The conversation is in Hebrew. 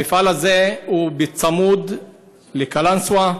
המפעל הזה צמוד לקלנסואה.